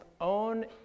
own